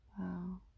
Wow